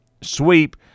sweep